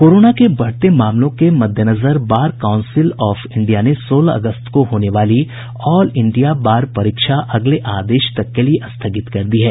corona के बढ़ते मामलों के मद्देनजर बार काउंसिल ऑफ इंडिया ने सोलह अगस्त को होने वाली ऑल इंडिया बार परीक्षा अगले आदेश तक के लिए स्थगित कर दी है